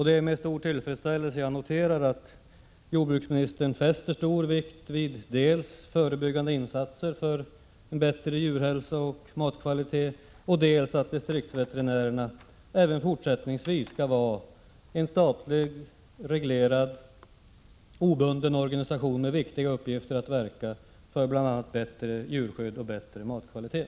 Det är med stor tillfredsställelse som jag noterar att jordbruksministern fäster stor vikt vid dels att vi skall genom förebyggande åtgärder försöka åstadkomma en bättre djurhälsa och en bättre matkvalitet, dels att distriktsveterinärerna även fortsättningsvis skall vara en statligt reglerad, obunden organisation med viktiga uppgifter att verka för bl.a. bättre djurskydd och bättre matkvalitet.